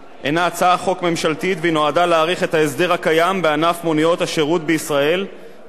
ההסדר הקיים בענף מוניות השירות בישראל וכן להוסיף לו הוראות שונות.